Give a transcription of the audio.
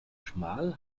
schmal